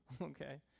okay